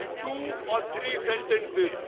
two or three sentences.